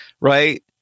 right